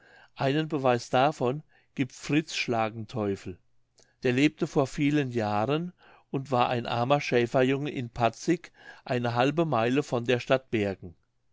einen beweis davon giebt fritz schlagenteufel der lebte vor vielen jahren und war ein armer schäferjunge zu patzig eine halbe meile von der stadt bergen